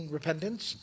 repentance